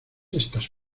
estas